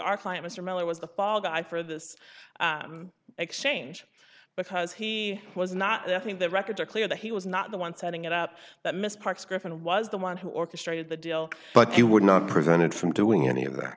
our client mr miller was the fall guy for this exchange because he was not there i think the records are clear that he was not the one setting it up that miss parks griffin was the one who orchestrated the deal but you would not prevent it from doing any of that